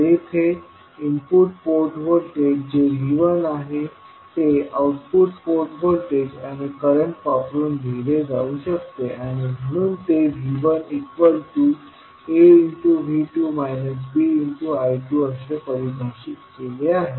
तर येथे input port voltage जे V1आहे ते आउटपुट पोर्ट व्होल्टेज आणि करंट वापरून लिहिले जाऊ शकते आणि म्हणून ते V1AV2 BI2 असे परिभाषित केले आहे